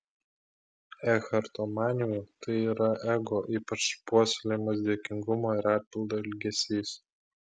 ekharto manymu tai yra ego ypač puoselėjamas dėkingumo ir atpildo ilgesys